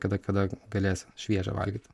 kada kada galės šviežią valgyt